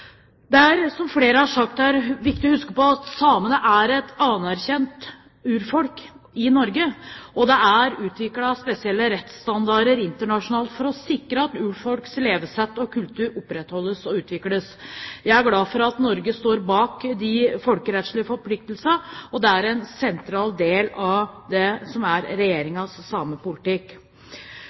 Det er, som flere har sagt her, viktig å huske på at samene er et anerkjent urfolk i Norge, og det er utviklet spesielle rettsstandarder internasjonalt for å sikre at urfolks levesett og kultur opprettholdes og utvikles. Jeg er glad for at Norge står bak de folkerettslige forpliktelsene, og det er en sentral del av Regjeringens samepolitikk. Behandlingen av denne årsmeldingen her i dag viser at det er